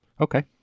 okay